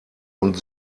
und